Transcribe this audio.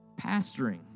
Pastoring